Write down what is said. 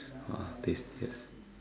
!wah! taste